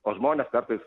o žmonės kartais